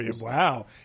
wow